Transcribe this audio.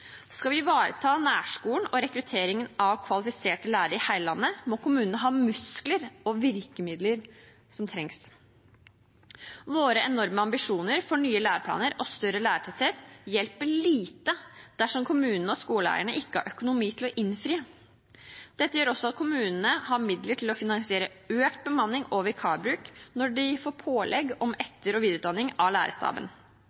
Skal vi ivareta nærskolen og rekrutteringen av kvalifiserte lærere i hele landet, må kommunene ha muskler og virkemidler som trengs. Våre enorme ambisjoner for nye læreplaner og større lærertetthet hjelper lite dersom kommunene og skoleeierne ikke har økonomi til å innfri. Dette gjør også at kommunene har midler til å finansiere økt bemanning og vikarbruk når de får pålegg om